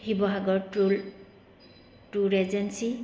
শিৱসাগৰ টুল tour agency